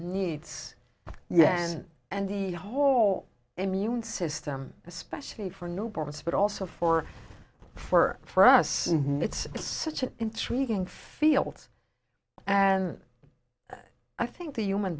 needs yes and the whole immune system especially for newborns but also for for for us it's such an intriguing fields and i think the human